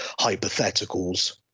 hypotheticals